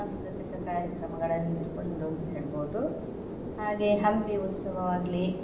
ಸಾಂಸ್ಕೃತಿಕ ಕಾರ್ಯಕ್ರಮಗಳಲ್ಲಿ ಒಂದು ಅಂತ ಹೇಳ್ಬೋದು ಹಾಗೇ ಹಂಪಿ ಉತ್ಸವವಾಗಲೀ